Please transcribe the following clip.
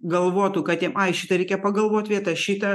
galvotų kad jam ai šitą reikia pagalvot vietą šitą